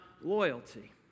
loyalty